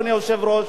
אדוני היושב-ראש,